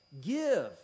give